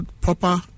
proper